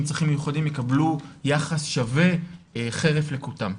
צרכים מיוחדים יקבלו יחס שווה חרף לקותם.